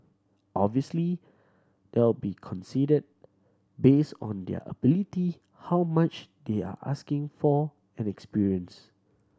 obviously they'll be consider base on their ability how much they are asking for and experience